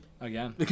again